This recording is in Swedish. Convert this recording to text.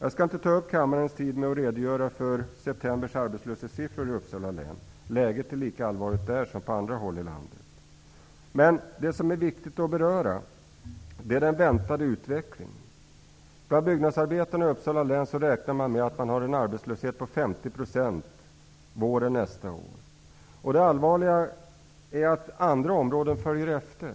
Jag skall inte uppta kammarens tid med att redogöra för september månads arbetslöshetssiffror i Uppsala län. Läget är lika allvarligt där som på andra håll i landet. Det som är viktigt att beröra är den väntade utvecklingen. Bland byggnadsarbetarna i Uppsala län beräknas det bli en arbetslöshet på 50 % till våren nästa år. Det allvarliga är att andra områden följer efter.